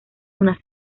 unas